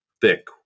thick